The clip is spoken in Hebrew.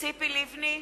ציפי לבני,